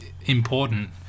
important